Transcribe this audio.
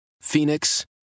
Phoenix